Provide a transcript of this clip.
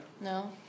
No